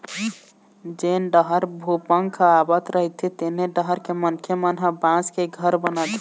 जेन डहर भूपंक ह आवत रहिथे तेनो डहर के मनखे मन ह बांस के घर बनाथे